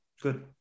Good